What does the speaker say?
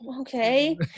Okay